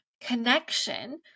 connection